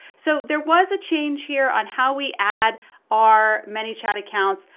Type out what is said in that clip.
so there was a change here on how we add our manychat accounts,